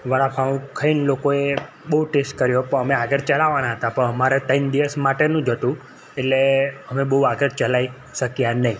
વડાપાઉં ખાઈને લોકોએ બહુ ટેસ્ટ કર્યો પણ અમે આગળ ચાલવાના હતા પણ અમારે ત્રણ દિવસ માટેનું જ હતું એટલે અમે બહુ આગળ ચલાવી શક્યા નહીં